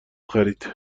خرید